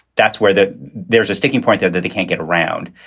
that's where that there's a sticking point there that they can't get around.